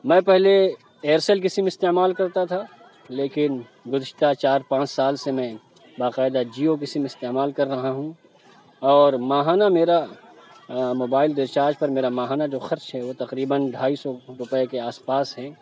میں پہلے ایئرسیل کی سم استعمال کرتا تھا لیکن گُذشتہ چار پانچ سال سے میں باقاعدہ جیو کی سم استعمال کر رہا ہوں اور ماہانہ میرا موبائل ریچارج پر میرا ماہانہ جو خرچ ہے وہ تقریباً ڈھائی سو روپئے کے آس پاس ہے